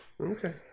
Okay